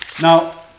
Now